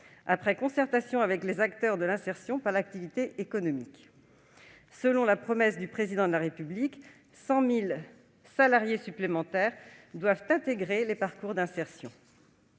après concertation avec les acteurs de l'insertion par l'activité économique. Selon la promesse du Président de la République, 100 000 salariés supplémentaires doivent intégrer les parcours d'insertion.